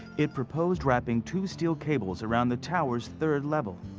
it proposed wrapping two steel cables around the tower's third level.